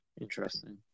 Interesting